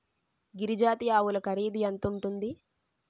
గిరి జాతి ఆవులు ఖరీదు ఎంత ఉంటుంది?